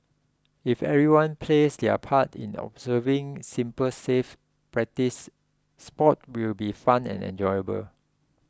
if everyone plays their part in observing simple safe practices sports will be fun and enjoyable